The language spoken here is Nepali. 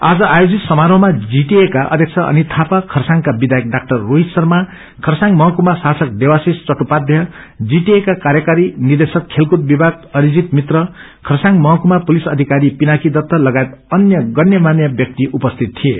आज आयोजित समारोहमा जीटिए का अध्यक्ष अनित थापा चखरसाङका विधायक ड़ा रोहत शर्मा खरसाङ महकुमा शासक देवाशिष चट्टोपाध्याय जीटिए का कार्यकारी निदेशक खेलकूद विभाग अरिजित मित्र खरसाङ महकुमा पुलिस अधिकारी पिनाकी दत्त लगायत अन्य बन्यमान्य व्याक्ति उपस्थित थिए